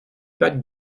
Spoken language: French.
pacte